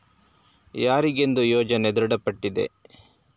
ಯಾರಿಗೆಂದು ಯೋಜನೆ ದೃಢಪಟ್ಟಿದೆ?